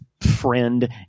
friend